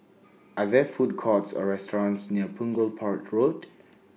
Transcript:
Are There Food Courts Or restaurants near Punggol Port Road